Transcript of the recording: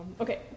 Okay